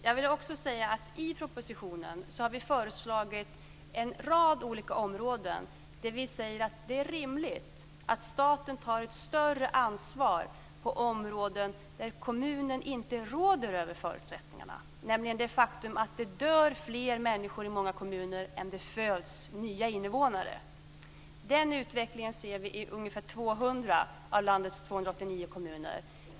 Jag vill också säga att i propositionen har vi föreslagit en rad olika områden där vi säger att det är rimligt att staten tar ett större ansvar på områden där kommunen inte råder över förutsättningarna, nämligen det faktum att det dör fler människor i många kommuner än det föds nya invånare. Den utvecklingen ser vi i ungefär 200 av landets 289 kommuner.